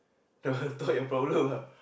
don't wanna talk your problem ah